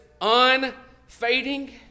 unfading